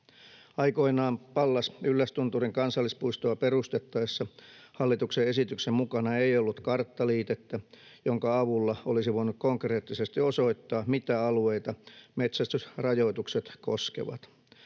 Aikoinaan Pallas-Yllästunturin kansallispuistoa perustettaessa hallituksen esityksen mukana ei ollut karttaliitettä, jonka avulla olisi voinut konkreettisesti osoittaa, mitä alueita metsästysrajoitukset koskevat.